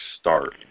start